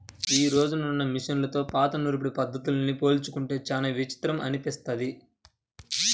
యీ రోజునున్న మిషన్లతో పాత నూర్పిడి పద్ధతుల్ని పోల్చుకుంటే చానా విచిత్రం అనిపిస్తది